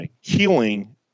healing